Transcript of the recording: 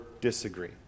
disagree